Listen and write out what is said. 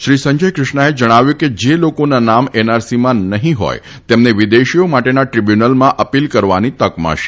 શ્રી સંજય કૃષ્ણાએ જણાવ્યું હતું કે જે લોકોના નામ એનઆરસીમાં નહિં હોથ તેમને વિદેશીઓ માટેના ટ્રિબ્યુનલમાં અપીલ કરવાની તક મળશે